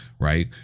right